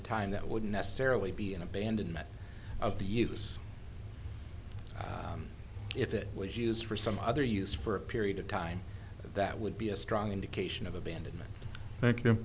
of time that would necessarily be an abandonment of the use if it was used for some other use for a period of time that would be a strong indication of abandonment thank you